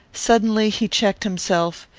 suddenly he checked himself,